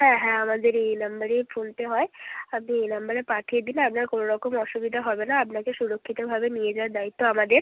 হ্যাঁ হ্যাঁ আমাদের এই নম্বরেই ফোনপে হয় আপনি এই নম্বরে পাঠিয়ে দিন আপনার কোনো রকম অসুবিধা হবে আপনাকে সুরক্ষিতভাবে নিয়ে যাওয়ার দায়িত্ব আমাদের